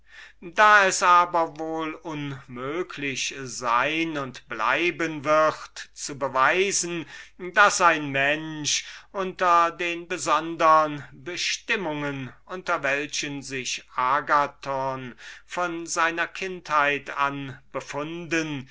wenn es unmöglich sein wird zu beweisen daß ein mensch und ein mensch unter den besondern bestimmungen unter welchen sich agathon von seiner kindheit an befunden